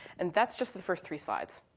and that's just the first three slides.